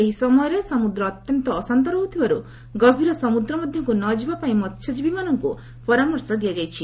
ଏହି ସମୟରେ ସମୁଦ୍ର ଅତ୍ୟନ୍ତ ଅଶାନ୍ତ ରହୁଥିବାରୁ ଗଭୀର ସମୁଦ୍ର ମଧ୍ୟକୁ ନଯିବା ପାଇଁ ମହ୍ୟଜୀବୀମାନଙ୍କୁ ପରାମର୍ଶ ଦିଆଯାଇଛି